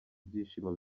byishimo